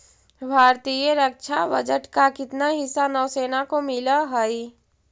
भारतीय रक्षा बजट का कितना हिस्सा नौसेना को मिलअ हई